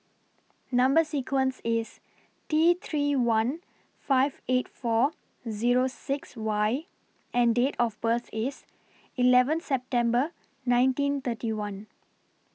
Number sequence IS T three one five eight four Zero six Y and Date of birth IS eleven September nineteen thirty one